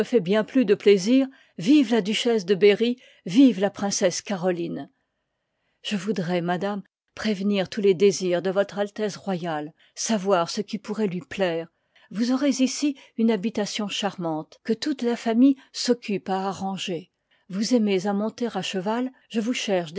bien plus de plaisir pwe la duchesse deberrj vwe y la princesse caroline je voudrois madame prévenir tous les désirs de votre altesse royale sa voir ce qui pourroit lui plaire vous aurez ici une habitation charmante que toute la famille s'occupe à arranger vous aimez à monter à cheval je vous liv cherche